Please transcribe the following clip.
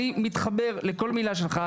אני מתחבר לכל מילה שלך,